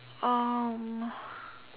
um